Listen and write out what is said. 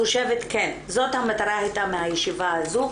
זאת המטרה הייתה מהישיבה הזו,